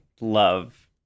love